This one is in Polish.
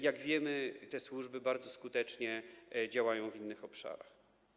Jak wiemy, te służby bardzo skutecznie działają w innych obszarach.